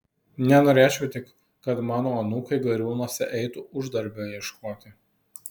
nenorėčiau tik kad mano anūkai gariūnuose eitų uždarbio ieškoti